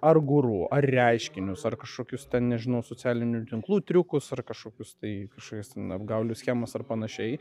ar guru ar reiškinius ar kažkokius ten nežinau socialinių tinklų triukus ar kažkokius tai kažkokias ten apgaulių schemas ar panašiai